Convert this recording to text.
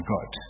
God